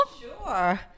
sure